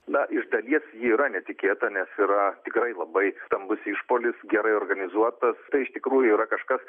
na iš dalies ji yra netikėta nes yra tikrai labai stambus išpuolis gerai organizuotas tai iš tikrųjų yra kažkas